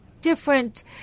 different